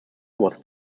was